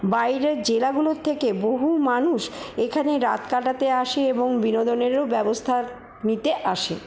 বাইরের জেলাগুলোর থেকে বহু মানুষ এখানে রাত কাটাতে আসে এবং বিনোদনেরও ব্যবস্থা নিতে আসে